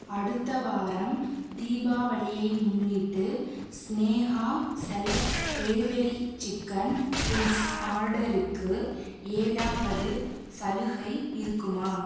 அடுத்த வாரம் தீபாவளியை முன்னிட்டு Sneha select peri peri chicken wings ஆர்டருக்கு ஏதாவது சலுகை இருக்குமா